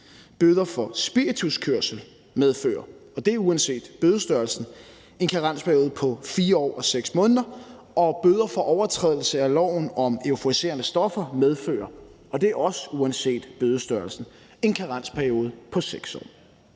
Bøder for spirituskørsel medfører – og det er uanset bødestørrelsen – en karensperiode på 4 år og 6 måneder. Og bøder for overtrædelse af loven om euforiserende stoffer medfører – og det er også uanset bødestørrelsen – en karensperiode på 6 år.